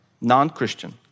non-Christian